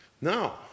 Now